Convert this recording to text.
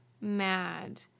Mad